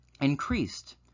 increased